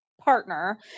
partner